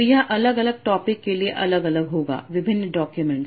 तो यह अलग अलग टॉपिक के लिए अलग अलग होगा विभिन्न डॉक्यूमेंट